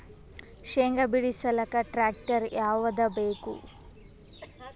ಶೇಂಗಾ ಬಿಡಸಲಕ್ಕ ಟ್ಟ್ರ್ಯಾಕ್ಟರ್ ಯಾವದ ಬೇಕು?